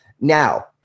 Now